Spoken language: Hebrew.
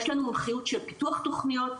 יש לנו מומחיות של פיתוח תוכניות,